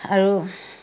আৰু